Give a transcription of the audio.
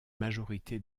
majorité